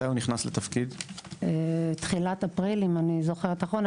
הוא נכנס לתפקיד בתחילת אפריל, אם אני זוכרת נכון.